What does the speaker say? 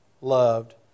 loved